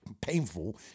painful